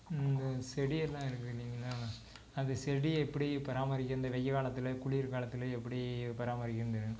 இந்தச் செடி எல்லாம் எதுக்கு கேட்டீங்கன்னால் அந்தச் செடியை எப்படி பராமரிக்கிறது இந்த வெயல் காலத்தில் குளிர்காலத்தில் எப்படி பராமரிக்கிறதுன்னு தெரியணும்